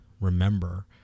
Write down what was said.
remember